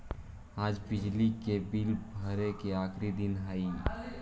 आज बिजली के बिल भरे के आखिरी दिन हई